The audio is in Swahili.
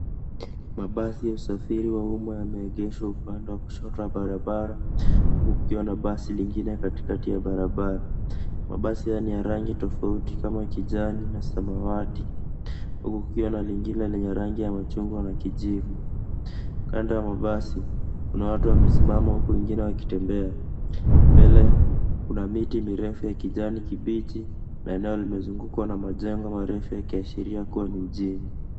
Mabasi ya usafiri wa umma yameegeshwa upande wa kushoto wa barabara, huku kukiwa na basi lingine katikati ya barabara. Mabasi haya ni ya rangi tofauti kama kijani na samawati, huku kukiwa na lingine lenye rangi ya machungwa na kijivu. Kando ya mabasi, kuna watu wamesimama, huku wengine wakitembea. Mbele kuna miti mirefu ya kijani kibichi na eneo limezungukwa na majengo marefu yakiashiria kuwa ni mjini.